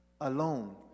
alone